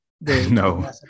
no